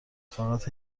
فقط